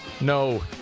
no